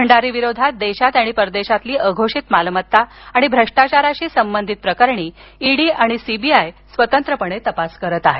भंडारी विरोधात देशात आणि परदेशातील अघोषित मालमत्ता आणि भ्रष्टाचचाराशी संबंधित ईडी आणि सीबीआय स्वतंत्रपणे तपास करत आहेत